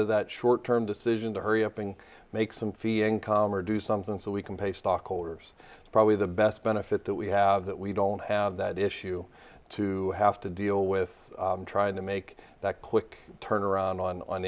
of that short term decision to hurry up and make some fee income or do something so we can pay stockholders probably the best benefit that we have that we don't have that issue to have to deal with trying to make that quick turnaround on